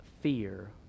fear